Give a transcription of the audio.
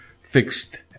fixed